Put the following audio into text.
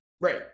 right